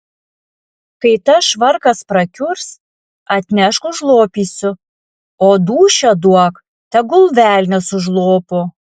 kai tas švarkas prakiurs atnešk užlopysiu o dūšią duok tegul velnias užlopo